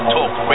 Talk